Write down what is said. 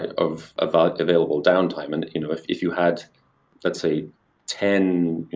of about available downtime. and you know if if you had let's say ten